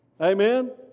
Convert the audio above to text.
Amen